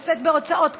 לשאת בהוצאות כספיות,